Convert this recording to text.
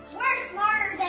we're smarter